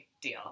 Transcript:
deal